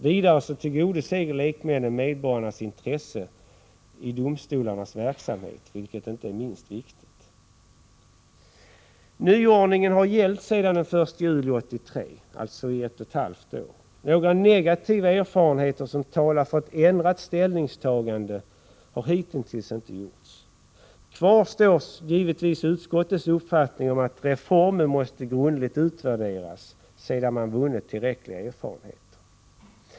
Vidare tillgodoser lekmännen medborgarnas intresse i domstolarnas verksamhet, vilket inte är minst viktigt. Nyordningen har gällt sedan den 1 juli 1983, alltså i ett och ett halvt år. Några negativa erfarenheter som talar för ett ändrat ställningstagande har hitintills inte gjorts. Kvar står givetvis utskottets uppfattning, att reformen måste grundligt utvärderas sedan tillräcklig erfarenhet vunnits.